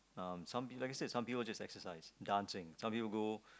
um some like I said some people just exercise dancing some people go